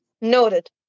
noted